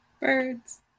Birds